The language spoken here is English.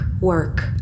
work